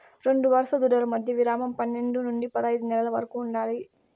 రెండు వరుస దూడల మధ్య విరామం పన్నేడు నుండి పదైదు నెలల వరకు ఉండాలి